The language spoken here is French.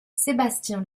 sébastien